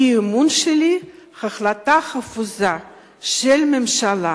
האי-אמון שלי, החלטה חפוזה של הממשלה